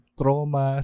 trauma